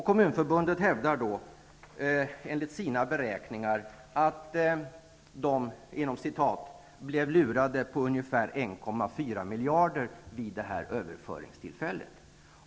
Kommunförbundet hävdar att kommunerna enligt dess beräkningar blev ''lurade på'' 1,4 miljarder kronor vid överföringstillfället.